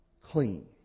clean